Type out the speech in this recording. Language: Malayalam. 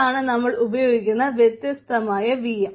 ഇതാണ് നമ്മൾ ഉപയോഗിക്കുന്ന വ്യത്യസ്തമായ VM